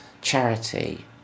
charity